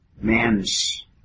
man's